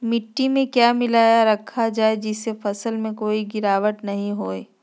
मिट्टी में क्या मिलाया रखा जाए जिससे फसल में कोई गिरावट नहीं होई?